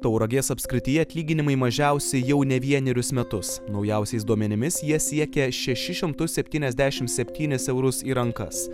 tauragės apskrityje atlyginimai mažiausi jau ne vienerius metus naujausiais duomenimis jie siekia šešis šimtus septyniasdešimt septynis eurus į rankas